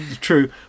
true